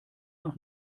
nach